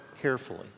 carefully